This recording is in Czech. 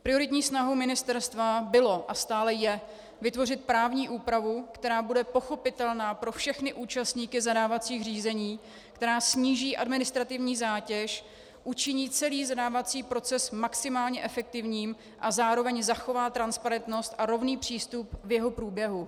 Prioritní snahou ministerstva bylo a stále je vytvořit právní úpravu, která bude pochopitelná pro všechny účastníky zadávacích řízení, která sníží administrativní zátěž, učiní celý zadávací proces maximálně efektivním a zároveň zachová transparentnost a rovný přístup v jeho průběhu.